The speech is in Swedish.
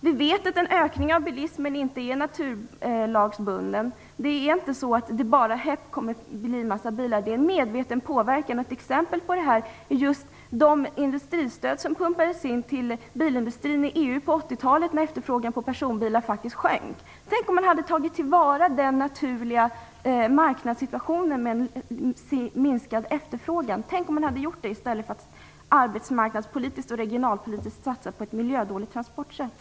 Vi vet att en ökning av bilismen inte är naturlagsbunden. Det är inte så att det bara kommer att bli en massa bilar, utan det är fråga om en medveten påverkan. Ett exempel på detta är just de industristöd som pumpades in i bilindustrin i EU på 80-talet, då efterfrågan på personbilar faktiskt sjönk. Tänk om man hade tagit till vara den naturliga marknadssituationen med en minskad efterfrågan i stället för att arbetsmarknadspolitiskt och regionalpolitiskt satsa på ett miljödåligt transportsätt.